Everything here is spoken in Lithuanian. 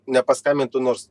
nepaskambintų nors